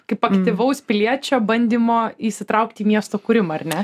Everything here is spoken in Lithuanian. kaip aktyvaus piliečio bandymo įsitraukti į miesto kūrimą ar ne